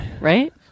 Right